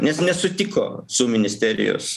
nes nesutiko su ministerijos